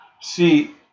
See